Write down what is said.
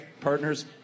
partner's